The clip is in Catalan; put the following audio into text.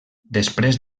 després